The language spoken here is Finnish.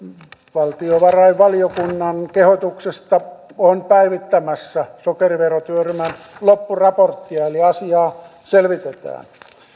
valtiovarainvaliokunnan kehotuksesta on päivittämässä sokeriverotyöryhmän loppuraporttia eli asiaa selvitetään